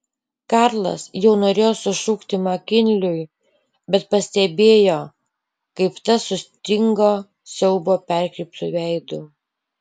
karlas jau norėjo sušukti makinliui bet pastebėjo kaip tas sustingo siaubo perkreiptu veidu